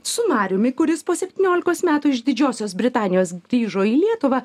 su mariumi kuris po septyniolikos metų iš didžiosios britanijos grįžo į lietuvą